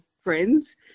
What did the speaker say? friends